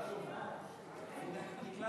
הרב גפני,